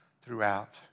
throughout